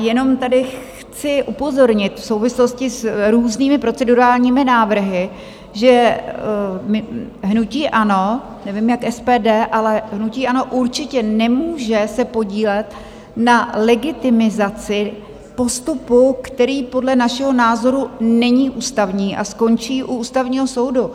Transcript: Jenom tady chci upozornit v souvislosti s různými procedurálními návrhy, že hnutí ANO, nevím, jak SPD, ale hnutí ANO určitě nemůže se podílet na legitimizaci postupu, který podle našeho názoru není ústavní a skončí u Ústavního soudu.